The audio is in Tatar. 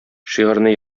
шигырьне